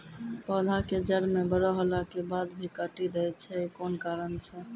पौधा के जड़ म बड़ो होला के बाद भी काटी दै छै कोन कारण छै?